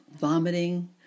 vomiting